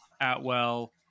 Atwell